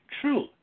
true